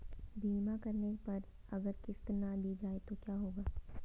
बीमा करने पर अगर किश्त ना दी जाये तो क्या होगा?